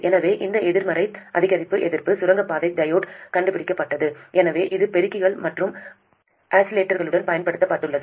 எனவே இந்த எதிர்மறை அதிகரிப்பு எதிர்ப்பு சுரங்கப்பாதை டையோடு கண்டுபிடிக்கப்பட்டது இது பெருக்கிகள் மற்றும் ஆஸிலேட்டர்களுக்குப் பயன்படுத்தப்பட்டது